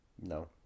No